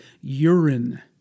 urine